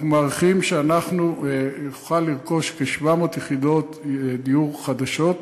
אנחנו מעריכים שאנחנו נוכל לרכוש כ-700 יחידות דיור חדשות,